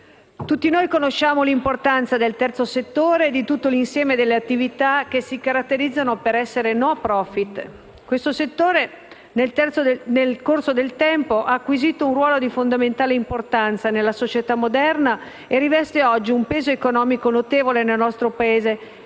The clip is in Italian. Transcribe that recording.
tutti noi conosciamo l'importanza del terzo settore e di tutto l'insieme delle attività che si caratterizzano per essere *no profit*. Tale settore nel corso del tempo ha acquisito un ruolo di fondamentale importanza nella società moderna e riveste oggi un peso economico notevole nel nostro Paese. Come